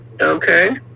Okay